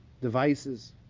devices